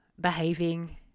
behaving